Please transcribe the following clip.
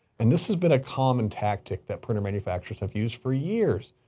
and this has been a common tactic that printer manufacturers have used for years.